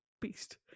beast